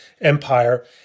empire